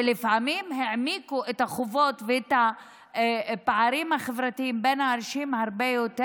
ולפעמים העמיקו את החובות ואת הפערים החברתיים בין האנשים הרבה יותר,